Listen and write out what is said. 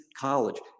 college